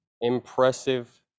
impressive